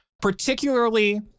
particularly